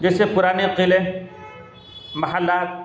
جیسے پرانے قلعے محلات